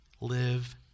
live